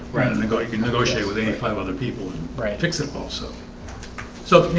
brandon i go you can negotiate with any five other people right fix it also so, you